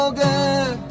good